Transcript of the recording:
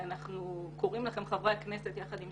אנחנו קוראים לכם חברי הכנסת יחד עם